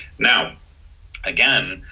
now again,